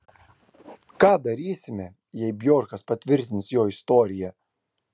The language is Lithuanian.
ką darysime jei bjorkas patvirtins jo istoriją